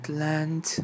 land